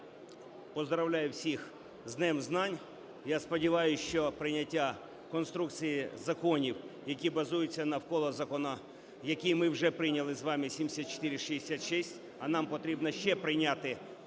Поздоровляю всіх з Днем знань. Я сподіваюсь, що прийняття конструкції законів, які базуються навколо закону, який ми вже прийняли з вами, 7466, а нам потрібно ще прийняти сім